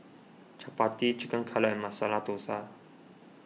Chapati Chicken Cutlet and Masala Dosa